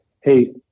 hey